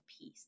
peace